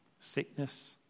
sickness